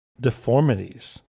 deformities